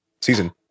season